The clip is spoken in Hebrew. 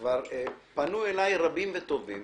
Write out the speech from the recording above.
שכבר פנו אליי רבים וטובים